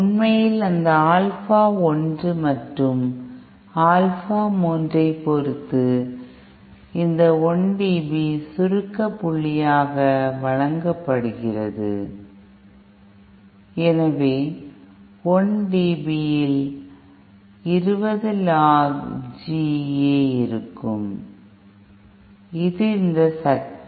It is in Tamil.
உண்மையில் அந்த ஆல்பா 1 மற்றும் ஆல்பா 3 ஐப் பொருத்து இந்த 1 db சுருக்க புள்ளியாக வழங்கப்படுகிறது எனவே 1 db யில் 20 log g A இருக்கும் இது இந்த சக்தி